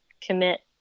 commit